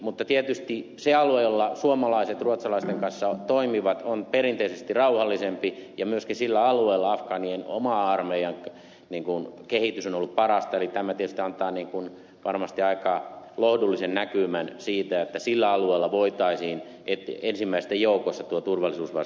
mutta tietysti se alue jolla suomalaiset ruotsalaisten kanssa toimivat on perinteisesti rauhallisempi ja myöskin sillä alueella afgaanien oman armeijan kehitys on ollut parasta eli tämä tietysti antaa varmasti aika lohdullisen näkymän siitä että sillä alueella voitaisiin ensimmäisten joukossa tuo turvallisuusvastuu siirtää